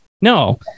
No